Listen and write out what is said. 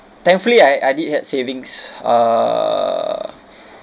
thankfully I I did had savings uh